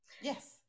Yes